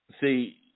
See